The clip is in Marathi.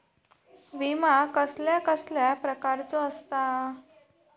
विमा कसल्या कसल्या प्रकारचो असता?